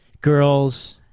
girls